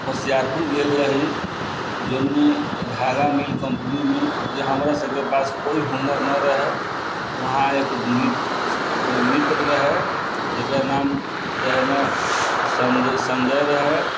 होशियारपुर गेल रही जौनमे धागा मिल कम्पनीमे जे हमरा सबके पास कोइ हुनर नहि रहै वहाँ एक मित्र रहै जकर नाम रहै ने संजय संजय रहै